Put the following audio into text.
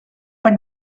per